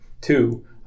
two